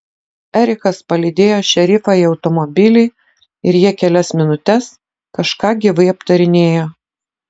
erikas palydėjo šerifą į automobilį ir jie kelias minutes kažką gyvai aptarinėjo